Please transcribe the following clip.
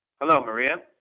hello, maria?